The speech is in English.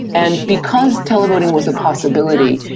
and because televoting was a possibility,